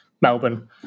Melbourne